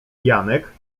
janek